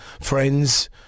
friends